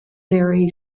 theory